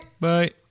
Bye